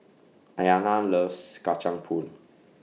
Ayana loves Kacang Pool